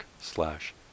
slash